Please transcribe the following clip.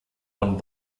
von